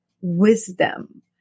wisdom